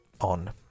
on